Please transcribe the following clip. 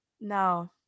No